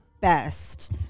best